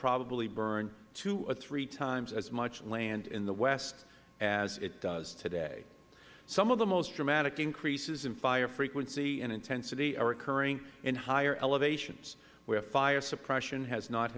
probably burn two or three times as much land in the west as it does today some of the most dramatic increases in fire frequency and intensity are occurring in higher elevations where fire suppression has not